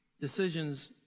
decisions